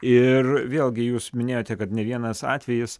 ir vėlgi jūs minėjote kad ne vienas atvejis